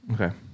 Okay